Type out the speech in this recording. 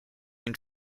une